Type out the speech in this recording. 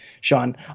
Sean